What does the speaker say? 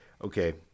okay